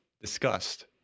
discussed